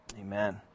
Amen